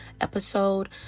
episode